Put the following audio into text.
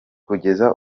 kugeza